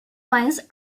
wines